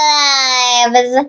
lives